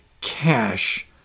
cash